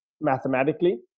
mathematically